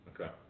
Okay